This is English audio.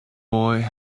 boy